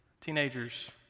teenagers